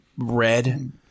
Red